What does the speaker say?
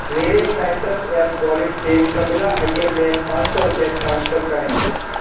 मेरे citrus app wallet से कमला अय्यर में सौ रुपये ट्रांसफ़र करें